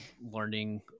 learning